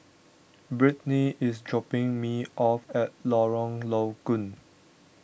Brittney is dropping me off at Lorong Low Koon